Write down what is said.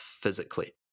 physically